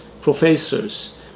professors